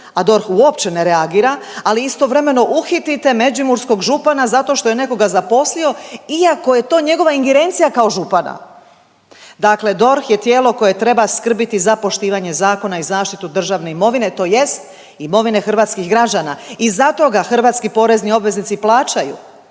a DORH uopće ne reagira, ali istovremeno uhitite međimurskog župana zato što je nekoga zaposlio iako je to njegova ingerencija kao župana. Dakle, DORH je tijelo koje treba skrbiti za poštivanje zakona i zaštitu državne imovine tj. imovine hrvatskih građana i zato ga hrvatski porezni obveznici plaćaju.